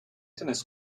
tennis